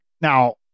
Now